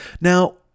Now